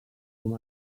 com